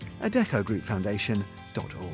adecogroupfoundation.org